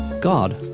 god.